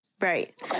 Right